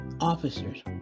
officers